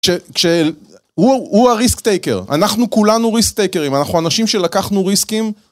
הוא הריסקטייקר, אנחנו כולנו ריסקטייקרים, אנחנו אנשים שלקחנו ריסקים